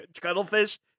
Cuttlefish